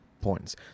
points